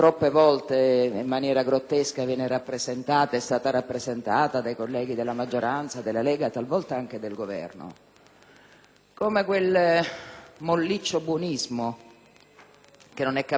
come quel molliccio buonismo che non è capace di badare agli interessi del Paese, ma all'umano in una declinazione un po' più